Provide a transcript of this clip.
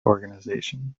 organization